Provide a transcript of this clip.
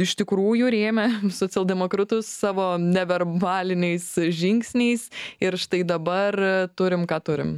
iš tikrųjų rėmė socialdemokratus savo neverbaliniais žingsniais ir štai dabar turim ką turim